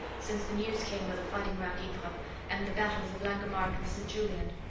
since the news came of the fighting around ypres and the battles of langemarck and st. julien.